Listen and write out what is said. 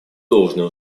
должное